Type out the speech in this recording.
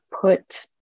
put